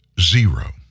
Zero